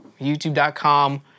YouTube.com